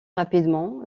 rapidement